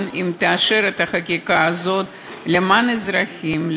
אם תאשר את החקיקה הזאת למען האזרחים,